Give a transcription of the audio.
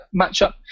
matchup